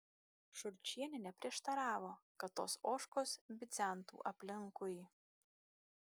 šulčienė neprieštaravo kad tos ožkos bidzentų aplinkui